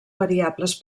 variables